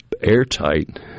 airtight